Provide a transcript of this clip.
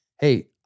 Hey